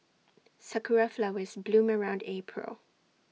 Sakura Flowers bloom around April